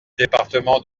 département